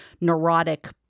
neurotic